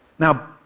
now,